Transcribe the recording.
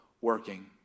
working